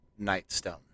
Nightstone